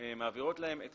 מעבירות להן את